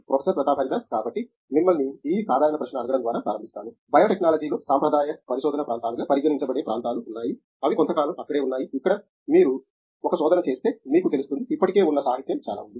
professor Pratap Haridas కాబట్టి మిమల్ని ఈ సాధారణ ప్రశ్న అడగడం ద్వారా ప్రారంభిస్తాను బయోటెక్నాలజీలో సాంప్రదాయ పరిశోధన ప్రాంతాలుగా పరిగణించబడే ప్రాంతాలు ఉన్నాయి అవి కొంతకాలం అక్కడే ఉన్నాయి ఇక్కడ మీరు ఒక శోధన చేస్తే మీకు తెలుస్తుంది ఇప్పటికే ఉన్న సాహిత్యం చాలా ఉందా